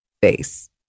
face